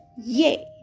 yay